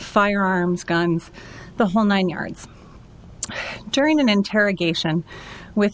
firearms guns the whole nine yards during an interrogation with